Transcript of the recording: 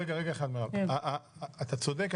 אתה צודק,